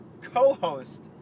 co-host